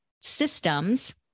systems